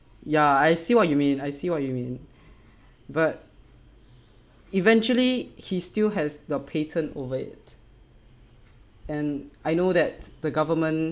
ya I see what you mean I see what you mean but eventually he still has the pattern over it and I know that the government